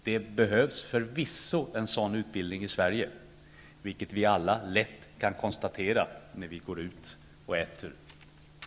Det behövs förvisso en sådan utbildning i Sverige, vilket vi alla kan konstatera när vi går ut och äter. Tack.